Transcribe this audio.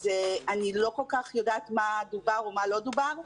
אז אני לא כל כך יודעת מה דובר ומה לא דובר.